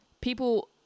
people